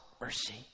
mercy